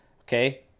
Okay